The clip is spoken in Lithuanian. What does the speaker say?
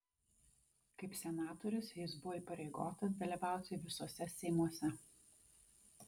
kaip senatorius jis buvo įpareigotas dalyvauti visuose seimuose